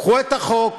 קחו את החוק,